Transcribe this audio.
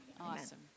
Awesome